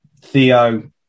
Theo